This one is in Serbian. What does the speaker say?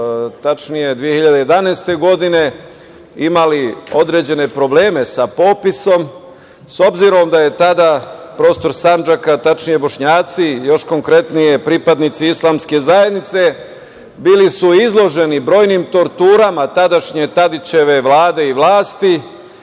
tačnije 2011. godine, imali određene probleme sa popisom, s obzirom da je tada prostor Sandžaka, tačnije Bošnjaci, još konkretnije pripadnici Islamske zajednice, bili su izloženi brojnim torturama tadašnje Tadićeve Vlade i vlasti